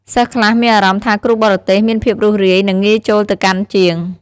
សិស្សខ្លះមានអារម្មណ៍ថាគ្រូបរទេសមានភាពរួសរាយ និងងាយចូលទៅកាន់ជាង។